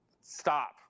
stop